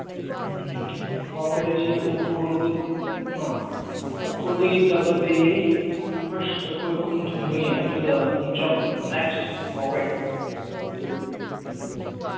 ꯎꯝ ꯄꯥꯎꯔꯩꯁꯦ ꯎꯈ꯭ꯔꯨꯜꯗ ꯑ ꯎꯈ꯭ꯔꯨꯜꯗꯒꯤ ꯆꯠꯂꯗꯤ ꯐꯔꯁ ꯑꯩꯈꯣꯏ ꯈꯨꯟ ꯊꯨꯡꯒꯅꯤ ꯑꯗꯨꯗ ꯐꯨꯡꯆꯝ ꯅꯦꯛꯁ ꯄꯥꯎꯔꯩ ꯑꯗꯨ ꯎꯝ